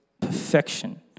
perfection